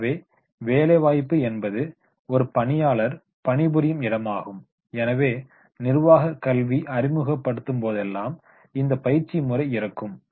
ஆகவே on the job training என்பது ஒரு பணியாளர் பணிபுரியும் இடமாகும் எனவே நிர்வாகக் கல்வி அறிமுகப் படுத்தும் போதெல்லாம் இந்த பயிற்சி முறை இருக்கும்